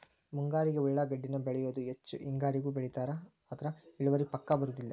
ಮುಂಗಾರಿಗೆ ಉಳಾಗಡ್ಡಿನ ಬೆಳಿಯುದ ಹೆಚ್ಚ ಹೆಂಗಾರಿಗೂ ಬೆಳಿತಾರ ಆದ್ರ ಇಳುವರಿ ಪಕ್ಕಾ ಬರುದಿಲ್ಲ